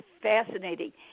fascinating